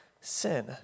sin